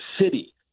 city